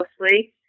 mostly